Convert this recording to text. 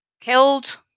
killed